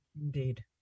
indeed